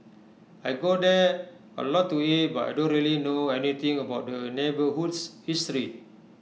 I go there A lot to eat but I don't really know anything about the neighbourhood's history